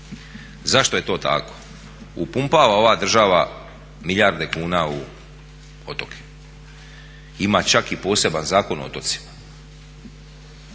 Zašto je to tako? Upumpava ova država milijarde kuna u otoke, ima čak i poseban Zakon o otocima,